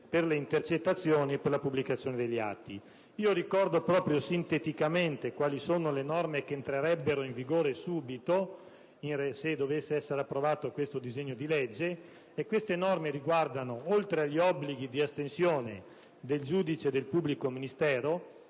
per le intercettazioni e la pubblicazione degli atti. Ricordo, sinteticamente, quali sono le norme che entrerebbero in vigore subito, se dovesse essere approvato questo disegno di legge. Tali norme riguardano, oltre gli obblighi di astensione del giudice e del pubblico ministero,